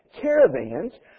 caravans